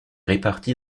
réparti